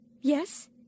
Yes